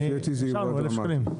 נשארנו עם 1,000 שקלים.